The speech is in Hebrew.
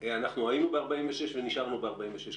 אנחנו היינו ב-46 ונשארנו ב-46.